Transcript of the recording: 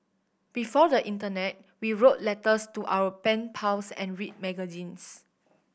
before the internet we wrote letters to our pen pals and read magazines